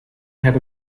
had